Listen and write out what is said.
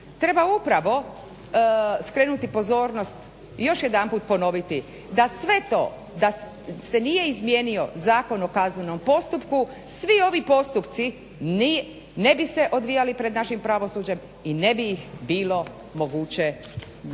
Treba upravo skrenuti pozornost i još jedanput ponoviti, da sve to, da se nije izmijenio Zakon o kaznenom postupku svi ovi postupci ne bi se odvijali pred našim pravosuđem i ne bi ih bilo moguće